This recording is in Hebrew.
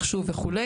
מחשוב וכו',